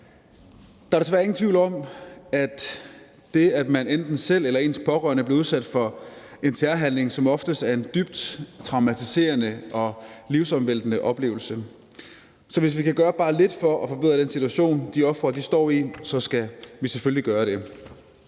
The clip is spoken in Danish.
Der er desværre ingen tvivl om, at det, at man enten selv eller ens pårørende bliver udsat for en terrorhandling, som oftest er en dybt traumatiserende og livsomvæltende oplevelse. Så hvis vi kan gøre bare lidt for at forbedre den situation, de ofre står i, skal vi selvfølgelig gøre det.